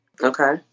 Okay